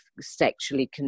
sexually